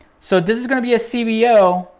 so this is gonna be a cbo,